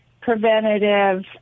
preventative